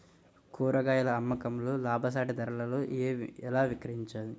కూరగాయాల అమ్మకంలో లాభసాటి ధరలలో ఎలా విక్రయించాలి?